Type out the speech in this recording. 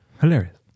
Hilarious